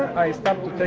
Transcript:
i stopped to